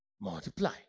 multiply